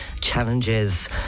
challenges